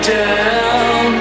down